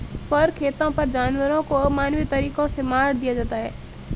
फर खेतों पर जानवरों को अमानवीय तरीकों से मार दिया जाता है